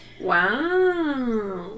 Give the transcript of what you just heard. wow